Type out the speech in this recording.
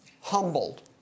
humbled